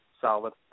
solid